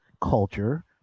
culture